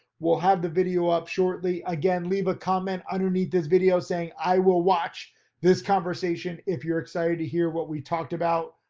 we'll have the video up shortly, again leave a comment underneath this video saying i will watch this conversation if you're excited to hear what we talked about.